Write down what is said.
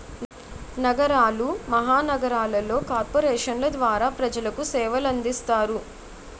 నగరాలు మహానగరాలలో కార్పొరేషన్ల ద్వారా ప్రజలకు సేవలు అందిస్తారు